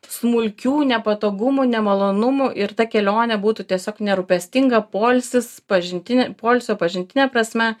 smulkių nepatogumų nemalonumų ir ta kelionė būtų tiesiog nerūpestinga poilsis pažintinė poilsio pažintine prasme